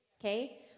Okay